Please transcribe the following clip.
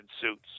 suits